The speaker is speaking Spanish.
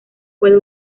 puede